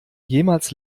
jemals